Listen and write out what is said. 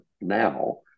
now